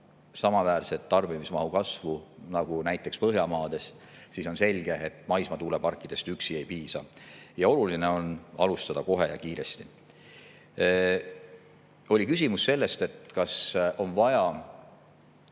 samaväärset tarbimismahu kasvu nagu näiteks Põhjamaades, siis on selge, et maismaatuuleparkidest üksi ei piisa ja oluline on [tegutseda] kohe ja kiiresti. Oli küsimus sellest, kas on vaja